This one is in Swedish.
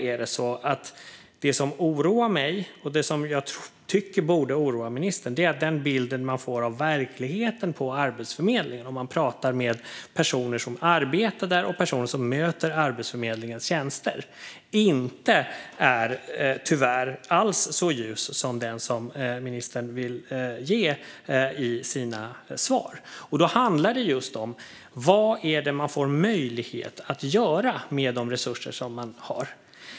Men det som fortfarande oroar mig, och som jag tycker borde oroa ministern, är att den bild som man får av verkligheten på Arbetsförmedlingen om man pratar med personer som arbetar där och personer som möter Arbetsförmedlingens tjänster tyvärr inte alls är så ljus som den som ministern vill ge i sina svar. Då handlar det just om vad det är som man får möjlighet att göra med de resurser som man har.